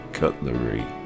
cutlery